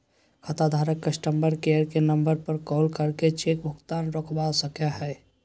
खाताधारक customer care के number पर कॉल करके चेक भुगतान रोकवा सको हय